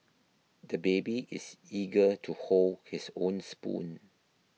the baby is eager to hold his own spoon